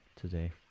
today